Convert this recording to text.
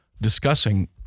discussing